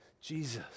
Jesus